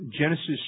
Genesis